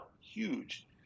huge